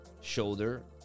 shoulder